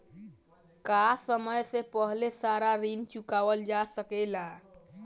का समय से पहले सारा ऋण चुकावल जा सकेला?